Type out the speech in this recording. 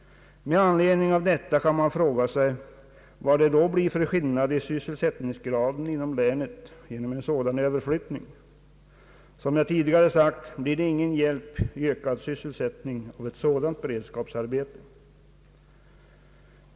Med anledning av detta kan man fråga sig, vad det då blir för ändring i sysselsättningsgraden inom länet genom en sådan förflyttning. Som jag tidigare sagt blir det ingen hjälp till ökad sysselsättning av ett sådant beredskapsarbete.